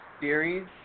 series